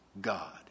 God